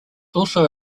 also